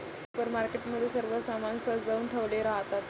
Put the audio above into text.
supermarket मध्ये सर्व सामान सजवुन ठेवले राहतात